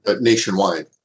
nationwide